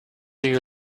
you